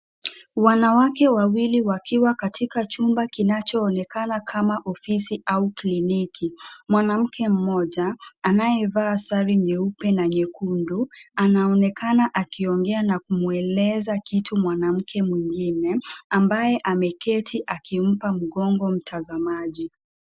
Wanawake wawili wakiwa katika chumba kinachoonekana kama ofisi au kliniki. Mwanamke mmoja, anayevaa sare nyeupe na nyekundu, anaonekana akiongea na kumweleza kitu mwanamke mwingine ambaye ameketi akimpa mgongo mtazamaji.